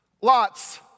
Lots